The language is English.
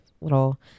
little